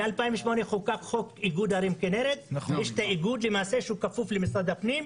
מ-2008 חוקק חוק איגוד ערים כינרת והוא כפוף למשרד הפנים,